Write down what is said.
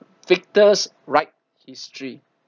victors write history